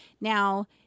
now